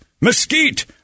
mesquite